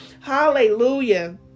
Hallelujah